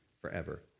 forever